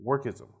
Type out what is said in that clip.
workism